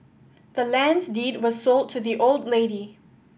the land's deed was sold to the old lady